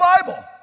Bible